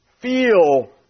feel